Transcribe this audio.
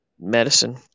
medicine